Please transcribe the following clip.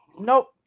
Nope